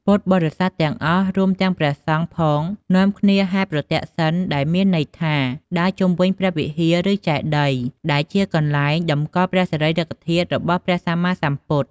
ពុទ្ធបរិស័ទទាំងអស់ រួមទាំងព្រះសង្ឃផង នាំគ្នាហែរប្រទក្សិណ ដែលមានន័យថា ដើរជុំវិញព្រះវិហារ ឬចេតិយ ដែលជា កន្លែងតម្កល់សារីរិកធាតុរបស់ព្រះសម្មាសម្ពុទ្ធ។